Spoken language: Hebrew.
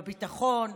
בביטחון,